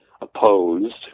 opposed